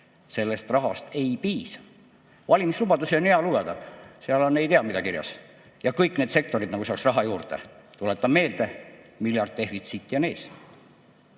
sellest rahast ei piisa. Valimislubadusi on hea lugeda, seal on ei tea mida kirjas ja kõik need sektorid nagu saaks raha juurde. Tuletan meelde: miljard defitsiiti on ees.